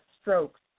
strokes